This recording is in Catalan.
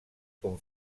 com